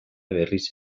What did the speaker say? berriz